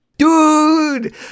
Dude